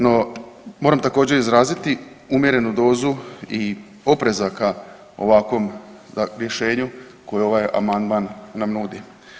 No moram također izraziti umjerenu dozu i oprezaka ovakvom rješenju koji ovaj amandman nam nudi.